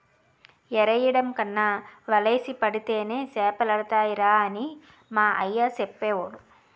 ఎరెయ్యడం కన్నా వలేసి పడితేనే సేపలడతాయిరా అని మా అయ్య సెప్పేవోడు